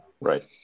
Right